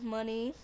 Money